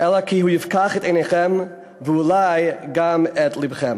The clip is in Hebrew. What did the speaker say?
אלא כי הוא יפקח את עיניכם, ואולי גם את לבכם.